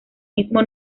mismo